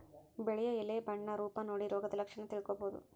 ಬೆಳೆಯ ಎಲೆ ಬಣ್ಣ ರೂಪ ನೋಡಿ ರೋಗದ ಲಕ್ಷಣ ತಿಳ್ಕೋಬೋದು